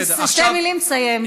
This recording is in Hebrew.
שתי מילים ותסיים.